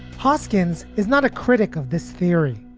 hoskins is not a critic of this theory.